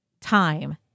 time